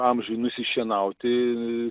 amžiuj nusišienauti